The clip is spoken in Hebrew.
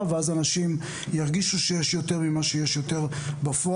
ואז אנשים ירגישו שיש יותר ממה שיש יותר בפועל,